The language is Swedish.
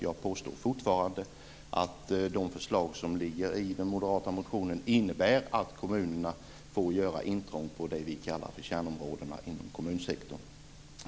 Jag påstår fortfarande att de förslag som ligger i den moderata motionen innebär att kommunerna får göra intrång i det vi kallar kärnområdena inom kommunsektorn.